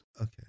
Okay